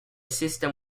system